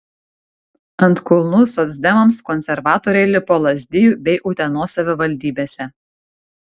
ant kulnų socdemams konservatoriai lipo ir lazdijų bei utenos savivaldybėse